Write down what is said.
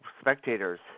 spectators